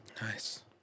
Nice